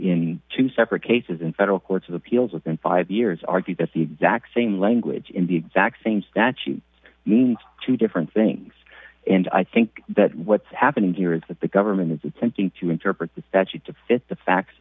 has two separate cases in federal courts of appeals within five years argued that the exact same language in the exact same statute means two different things and i think that what's happening here is that the government is attempting to interpret the statute to fit the facts